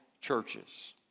churches